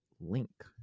link